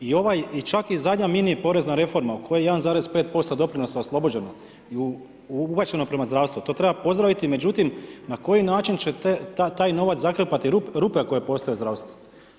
I čak i zadnja mini porezna reforma u kojoj 1,5% doprinosa oslobođeno, i ubačeno prema zdravstvu, to treba pozdraviti, međutim na koji način će taj novac zakrpati rupe koje postoje u zdravstvu?